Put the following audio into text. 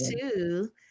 two